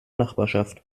nachbarschaft